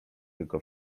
tylko